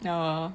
orh